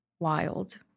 Wild